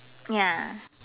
ya